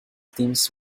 teams